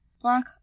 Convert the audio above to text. black